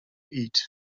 eat